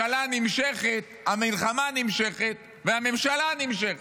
המלחמה נמשכת והממשלה נמשכת.